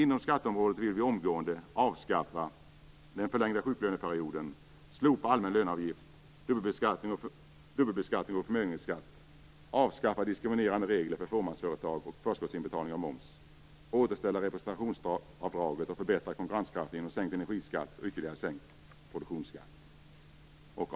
Inom skatteområdet vill vi omgående avskaffa den förlängda sjuklöneperioden, slopa allmän löneavgift, dubbelbeskattning och förmögenhetsskatt, avskaffa diskriminerande regler för fåmansföretag och för förskottsinbetalning av moms, återställa representationsavdraget och förbättra konkurrenskraften genom sänkt energiskatt och ytterligare sänkt produktionsskatt.